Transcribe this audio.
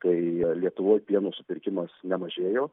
tai lietuvoj pieno supirkimas nemažėjo